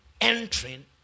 entering